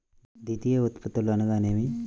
ద్వితీయ ఉత్పత్తులు అనగా నేమి?